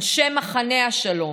אנשי מחנה השלום,